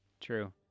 true